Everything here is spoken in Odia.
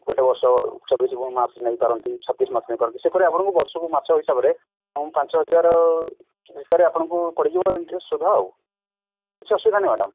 ଗୋଟେ ବର୍ଷ ଚବିଶ ମାସ ନେଇପାରନ୍ତି ଛତିଶ ମାସ ନେଇପାରନ୍ତି ସେହିପରି ଆପଣଙ୍କୁ ବର୍ଷକୁ ମାସ ହିସାବରେ ପାଞ୍ଚ ହଜାର ଭିତରେ ଆପଣଙ୍କୁ ପଡ଼ିଯିବ ଇଣ୍ଟରେଷ୍ଟ୍ ସୁଧ ଆଉ କିଛି ଅସୁବିଧା ନାହିଁ ମ୍ୟାଡ଼ାମ୍